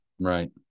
Right